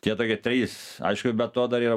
tie tokie trys aišku ir be to dar yra